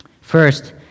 First